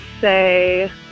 say